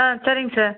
ஆ சரிங்க சார்